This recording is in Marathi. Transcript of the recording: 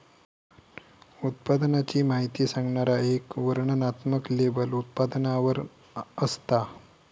उत्पादनाची माहिती सांगणारा एक वर्णनात्मक लेबल उत्पादनावर असता